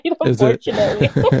unfortunately